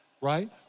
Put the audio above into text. right